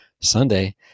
Sunday